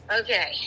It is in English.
Okay